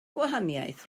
gwahaniaeth